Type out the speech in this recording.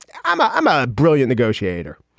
i'm i'm a brilliant negotiator.